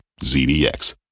ZDX